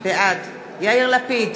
בעד יאיר לפיד,